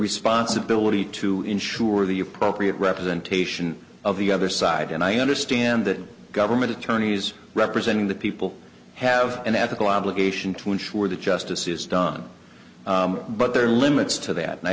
responsibility to ensure the appropriate representation of the other side and i understand that government attorneys representing the people have an ethical obligation to ensure that justice is done but there are limits to that and i